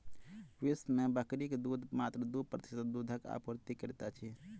विश्व मे बकरीक दूध मात्र दू प्रतिशत दूधक आपूर्ति करैत अछि